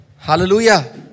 Hallelujah